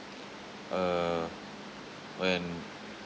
uh when